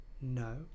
no